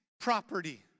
property